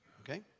Okay